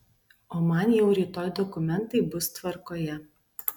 o man jau rytoj dokumentai bus tvarkoje